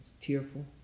Tearful